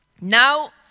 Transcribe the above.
Now